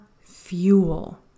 fuel